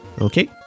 okay